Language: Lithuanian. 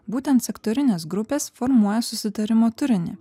būtent sektorinės grupės formuoja susitarimo turinį